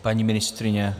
Paní ministryně?